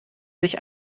sich